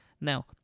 Now